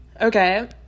Okay